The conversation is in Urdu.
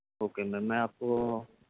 اوکے میم میں آپ کو